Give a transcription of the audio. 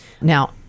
Now